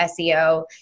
SEO